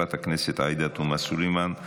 חברת הכנסת עאידה תומא סלימאן,